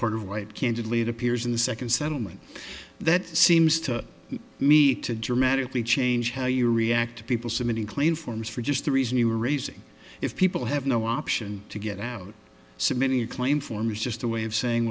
part of white candidly it appears in the second settlement that seems to me to dramatically change how you react to people submitting claim forms for just the reason you were raising if people have no option to get out submitting a claim form is just a way of saying